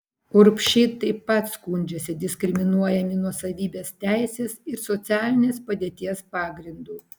urbšiai taip pat skundžiasi diskriminuojami nuosavybės teisės ir socialinės padėties pagrindu